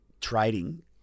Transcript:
trading